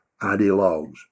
ideologues